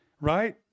right